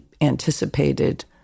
anticipated